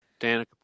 Danica